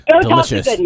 delicious